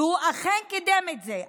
והוא אכן קידם את זה.